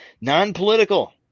non-political